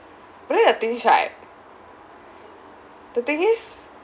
but then the thing is right the thing is